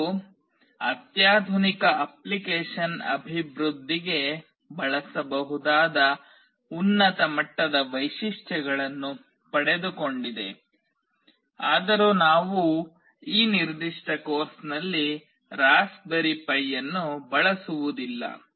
ಇದು ಅತ್ಯಾಧುನಿಕ ಅಪ್ಲಿಕೇಶನ್ ಅಭಿವೃದ್ಧಿಗೆ ಬಳಸಬಹುದಾದ ಉನ್ನತ ಮಟ್ಟದ ವೈಶಿಷ್ಟ್ಯಗಳನ್ನು ಪಡೆದುಕೊಂಡಿದೆ ಆದರೂ ನಾವು ಈ ನಿರ್ದಿಷ್ಟ ಕೋರ್ಸ್ನಲ್ಲಿ ರಾಸ್ಪ್ಬೆರಿ ಪೈ ಅನ್ನು ಬಳಸುವುದಿಲ್ಲ